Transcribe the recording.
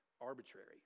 arbitrary